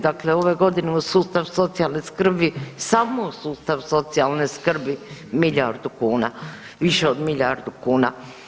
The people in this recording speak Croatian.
Dakle, ove godine u sustav socijalne skrbi samo u sustav socijalne skrbi milijardu kuna, više od milijardu kuna.